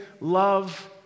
love